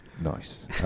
Nice